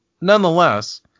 nonetheless